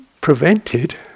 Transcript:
prevented